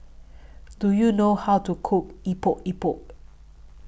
Do YOU know How to Cook Epok Epok